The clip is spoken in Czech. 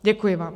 Děkuji vám.